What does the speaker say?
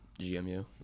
GMU